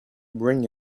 bring